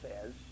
says